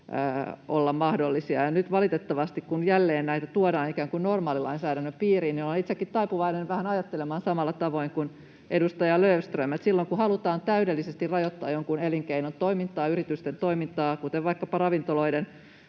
vähän mahdollisia. Ja nyt valitettavasti, kun jälleen näitä tuodaan ikään kuin normaalilainsäädännön piiriin, olen itsekin taipuvainen vähän ajattelemaan samalla tavoin kuin edustaja Löfström, että silloin kun halutaan täydellisesti rajoittaa jonkun elinkeinon toimintaa, yritysten toimintaa, vaikkapa ravintoloiden,